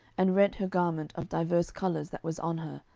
and rent her garment of divers colours that was on her,